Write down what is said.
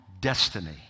destiny